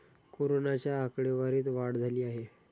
कोरोनाच्या आकडेवारीत वाढ झाली आहे